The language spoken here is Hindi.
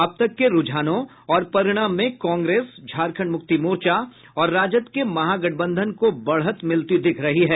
अब तक के रूझानों और परिणाम में कांग्रेस झारखंड मुक्ति मोर्चा और राजद के महागठबंधन को बढ़त मिलती दिख रही है